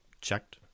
checked